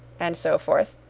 and so forth,